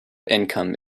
income